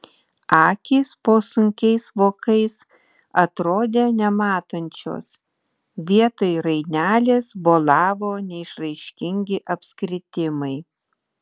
akys po sunkiais vokais atrodė nematančios vietoj rainelės bolavo neišraiškingi apskritimai